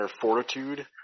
fortitude